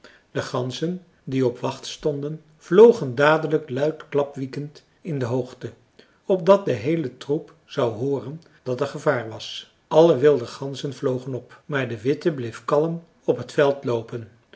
de ganzen die op wacht stonden vlogen dadelijk luid klapwiekend in de hoogte opdat de heele troep zou hooren dat er gevaar was alle wilde ganzen vlogen op maar de witte bleef kalm op het veld loopen